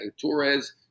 Torres